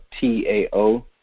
T-A-O